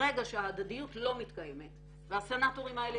ברגע שההדדיות לא מתקיימת והסנאטורים האלה